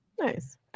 nice